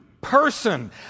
person